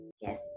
yes